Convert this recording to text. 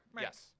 Yes